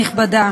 עוברים